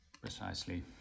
Precisely